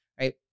right